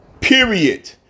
period